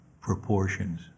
proportions